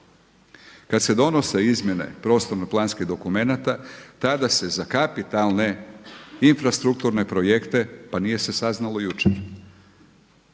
Kada se donose izmjene prostorno planskih dokumenata tada se za kapitalne infrastrukturne projekte, pa nije se saznalo jučer,